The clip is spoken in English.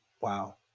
Wow